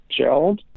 gelled